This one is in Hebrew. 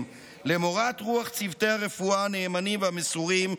למורת רוחם של צוותי הרפואה הנאמנים והמסורים,